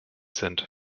sind